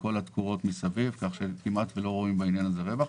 כל התקורות מסביב כך שכמעט לא רואים בעניין הזה רווח.